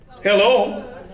Hello